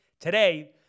Today